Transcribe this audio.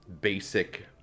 basic